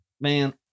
man